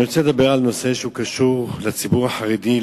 אני רוצה לדבר על נושא שקשור לציבור החרדי,